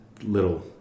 little